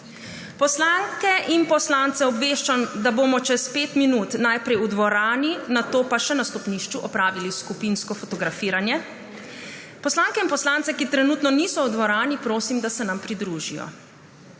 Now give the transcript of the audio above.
Poslanke in poslance obveščam, da bomo čez 5 minut najprej v dvorani, nato pa še na stopnišču opravili skupinsko fotografiranje. Poslanke in poslance, ki trenutno niso v dvorani, prosim, da se nam pridružijo.